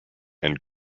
and